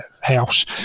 house